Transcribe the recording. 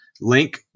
link